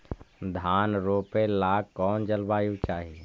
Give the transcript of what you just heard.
धान रोप ला कौन जलवायु चाही?